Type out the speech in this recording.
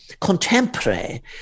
contemporary